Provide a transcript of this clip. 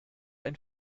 ein